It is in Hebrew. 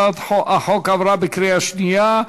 הצעת החוק עברה בקריאה שנייה.